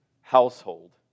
household